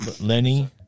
Lenny